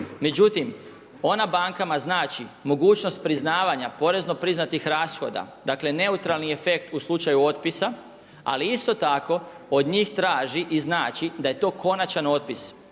Međutim, ona bankama znači mogućnost priznavanja porezno priznatih rashoda, dakle neutralni efekt u slučaju otpisa, ali isto tako od njih traži i znači da je to konačan otpis.